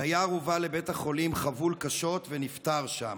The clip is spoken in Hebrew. דייר הובא לבית החולים חבול קשות ונפטר שם.